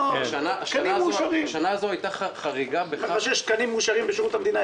אתה יודע שיש תקנים מאושרים בשירות המדינה.